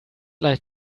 like